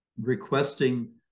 requesting